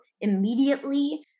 immediately